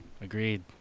agreed